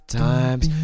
times